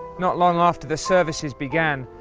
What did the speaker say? not long after the services began,